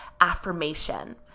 affirmation